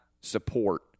support